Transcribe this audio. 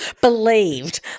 believed